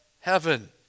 heaven